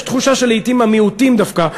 יש תחושה שלעתים המיעוטים דווקא,